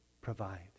provide